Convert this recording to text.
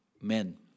men